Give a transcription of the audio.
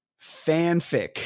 fanfic